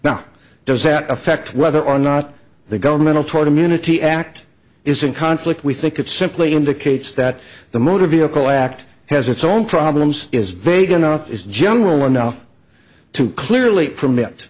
now does that affect whether or not the governmental totem unity act is in conflict we think it simply indicates that the motor vehicle act has its own problems is vague enough is general enough to clearly permit